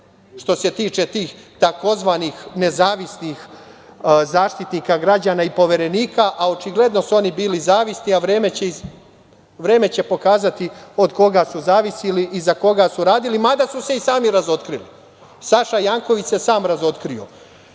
što se tiče takozvanih nezavisnih Zaštitnika građana i poverenika, a očigledno su oni bili zavisni, a vreme će pokazati od koga su zavisili i za koga su radili. Mada su se i sami razotkrili. Saša Janković se sam razotkrio.I